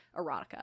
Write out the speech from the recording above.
erotica